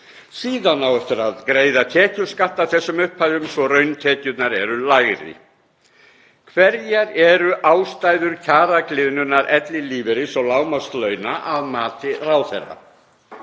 Síðan á eftir að greiða tekjuskatt af þessum upphæðum svo rauntekjurnar eru lægri. Hverjar eru ástæður kjaragliðnun ellilífeyris- og lágmarkslauna að mati ráðherra?